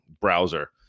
browser